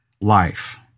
life